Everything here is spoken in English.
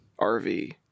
RV